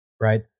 right